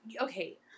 okay